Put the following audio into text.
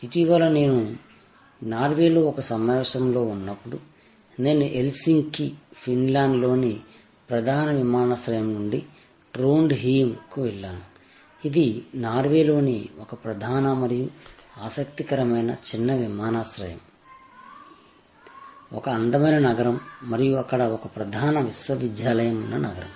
ఇటీవల నేను నార్వేలో ఒక సమావేశంలో ఉన్నప్పుడు నేను హెల్సింకి ఫిన్లాండ్ లోని ప్రధాన విమానాశ్రయం నుండి ట్రోండ్హీమ్ కు వెళ్లాను ఇది నార్వేలోని ఒక ప్రధాన మరియు ఆసక్తికరమైన చిన్న విమానాశ్రయం ఒక అందమైన నగరం మరియు అక్కడ ఒక ప్రధాన విశ్వవిద్యాలయం ఉన్న నగరం